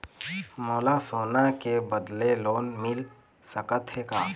मोला सोना के बदले लोन मिल सकथे का?